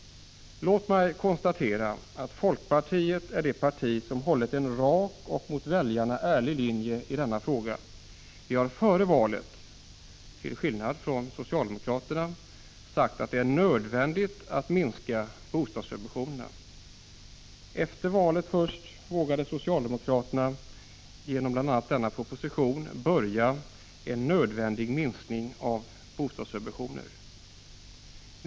Låt mig konstatera att folkpartiet är det enda parti som hållit en rak och mot väljarna ärlig linje i denna fråga. Vi har före valet, till skillnad från socialdemokraterna, sagt att det är nödvändigt att minska bostadssubventionerna. Först efter valet vågade socialdemokraterna, genom bl.a. denna proposition, börja en nödvändig minskning av bostadssubventionerna.